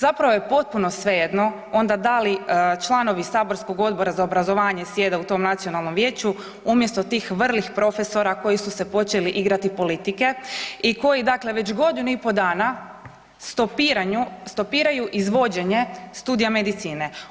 Zapravo je potpuno svejedno onda da li članovi saborskog odbora za obrazovanje sjede u tom nacionalnom vijeću umjesto tih vrlih profesora koji su se počeli igrati politike i koji dakle već godinu i pol dana stopiraju izvođenje studija medicine.